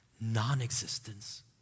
non-existence